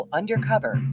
Undercover